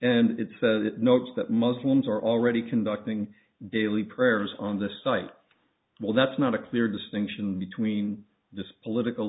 and it says it notes that muslims are already conducting daily prayers on the site well that's not a clear distinction between just political